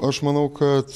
aš manau kad